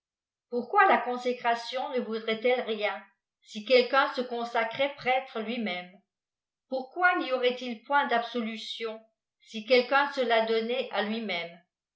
pourquoi la consécration ne vaudrait elle rien si quelqu'un se consacrait prêtre lui-même pourquoi n'y aurait-il point d'absolution si quelqu'un se la donnait à lui-même